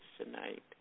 tonight